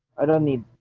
i don't mean